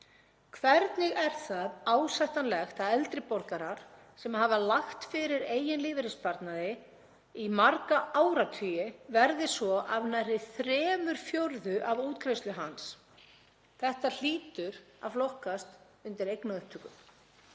Hvernig er það ásættanlegt að eldri borgarar sem hafa lagt fyrir fyrir eigin lífeyrissparnaði í marga áratugi verði svo af nærri þremur fjórðu af útgreiðslu hans? Þetta hlýtur að flokkast undir eignaupptöku,